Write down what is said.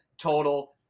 total